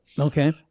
Okay